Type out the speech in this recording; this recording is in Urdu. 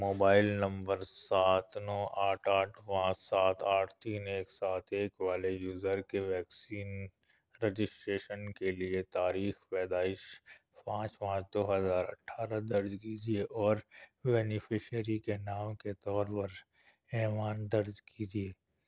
موبائل نمبر سات نو آٹھ آٹھ پانچ سات آٹھ تین ایک سات ایک والے یوزر کے ویکسین رجسٹریشن کے لیے تاریخ پیدائش پانچ پانچ دو ہزار اٹھارہ درج کیجیے اور بینیفشیری کے نام کے طور پر ایمان درج کیجیے